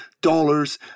dollars